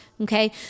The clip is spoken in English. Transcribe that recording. Okay